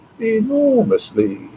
enormously